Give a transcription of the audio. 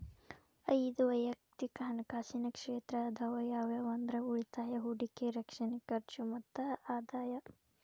ಐದ್ ವಯಕ್ತಿಕ್ ಹಣಕಾಸಿನ ಕ್ಷೇತ್ರ ಅದಾವ ಯಾವ್ಯಾವ ಅಂದ್ರ ಉಳಿತಾಯ ಹೂಡಿಕೆ ರಕ್ಷಣೆ ಖರ್ಚು ಮತ್ತ ಆದಾಯ